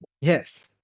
yes